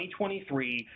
2023